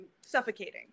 suffocating